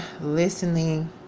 listening